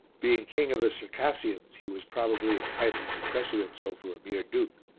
being king of circassians he was probably entitled to precedence over a mere duke.